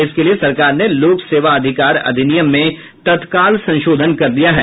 इसके लिए सरकार ने लोक सेवा अधिकार अधिनियम में तत्काल संशोधन कर दिया है